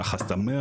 החסמים,